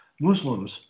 Muslims